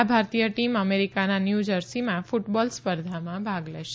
આ ભારતીય ટીમ અમેરિકાના ન્યૂજર્સીમાં ફૂટબોલ સ્પર્ધામાં ભાગ લેશે